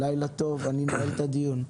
לילה טוב, אני נועל את הדיון.